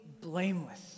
blameless